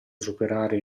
superare